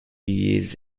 years